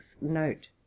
note